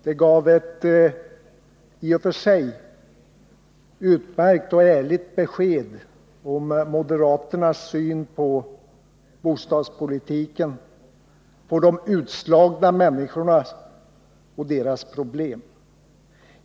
Det gav ett i och för sig utmärkt och ärligt besked om moderaternas syn på bostadspolitiken, på de utslagna människorna och deras problem.